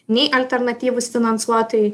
nei alternatyvūs finansuotojai